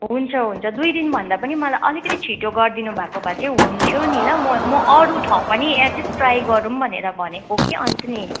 हुन्छ हुन्छ दुई दिन भन्दा पनि मलाई अलिकति छिटो गरिदिनु भएको भए चाहिँ हुन्थ्यो नि ल म म अरू ठाउँ पनि एट्लिस् ट्राई गरौँ भनेर भनेको कि अन्त नि